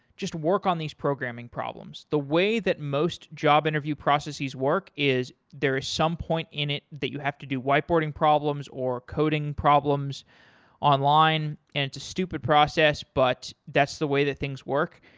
just work on these programming problems. the way that most job interview processes work is there is some point in it that you have to do white-boarding problems or coding problems online, and it's a stupid process, but that's the way that things work.